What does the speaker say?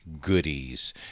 goodies